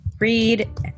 Read